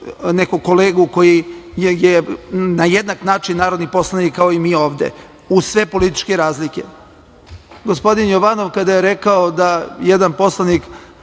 nekog kolegu koji je na jednak način narodni poslanik kao i mi ovde, uz sve političke razlike. Gospodin Jovanov kada je rekao da jedan poslanik,